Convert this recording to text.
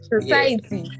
Society